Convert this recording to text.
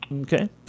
okay